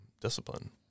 discipline